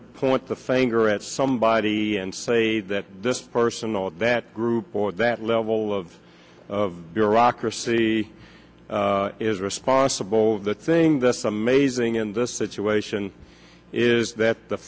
of point the finger at somebody and say that this person or that group or that level of of bureaucracy is responsible the thing that's amazing in this situation is that the